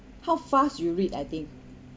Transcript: how fast you read I think